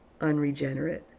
unregenerate